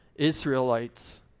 Israelites